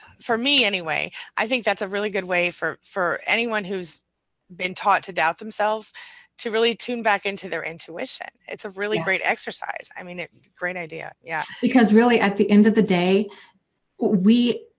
for me anyway, i think that's a really good way for for anyone who's been taught to doubt themselves to really tune back into their intuition, it's a really great exercise. i mean, a great idea. yeah, because really at the end of the day we.